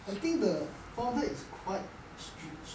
I think the founder is quite strict